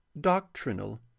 Doctrinal